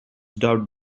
dubbed